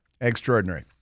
Extraordinary